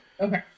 okay